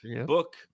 Book